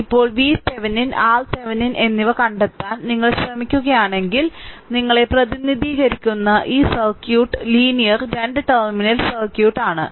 ഇപ്പോൾ VThevenin RThevenin എന്നിവ കണ്ടെത്താൻ നിങ്ങൾ ശ്രമിക്കുകയാണെങ്കിൽ നിങ്ങളെ പ്രതിനിധീകരിക്കുന്ന ഈ സർക്യൂട്ട് ലീനിയർ 2 ടെർമിനൽ സർക്യൂട്ട് ആണ്